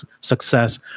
success